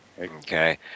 Okay